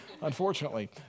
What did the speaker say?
unfortunately